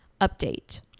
update